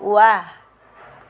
ৱাহ